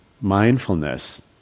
mindfulness